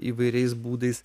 įvairiais būdais